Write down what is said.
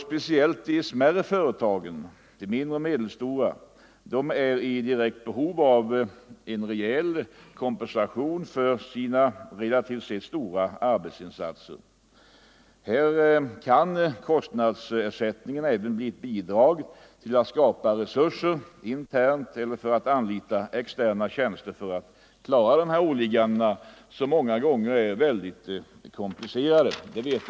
Speciellt de mindre och medelstora företagen är i direkt behov av en rejäl kompensation för sina relativt sett stora arbetsinsatser. Här kan kostnadsersättningen även bli ett bidrag till att skapa resurser internt eller för att anlita externa tjänster för att klara dessa åligganden som många gånger är mycket komplicerade.